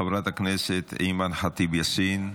חברת הכנסת אימאן ח'טיב יאסין,